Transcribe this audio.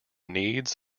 needs